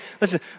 listen